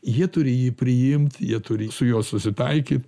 jie turi jį priimt jie turi su juo susitaikyt